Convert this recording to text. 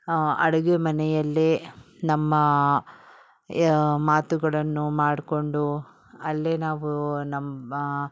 ಹಾಂ ಅಡುಗೆ ಮನೆಯಲ್ಲೇ ನಮ್ಮಯ ಮಾತುಗಳನ್ನು ಮಾಡ್ಕೊಂಡು ಅಲ್ಲೇ ನಾವು ನಮ್ಮ